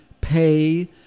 pay